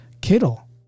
Kittle